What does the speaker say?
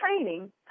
training